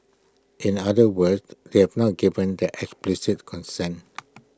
in other words they have not given their explicit consent